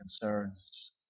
concerns